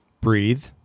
breathe